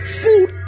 food